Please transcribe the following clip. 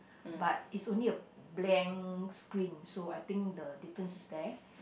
but is only a blank screen so I think the difference is there